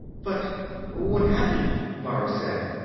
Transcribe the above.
but what happened? mara said.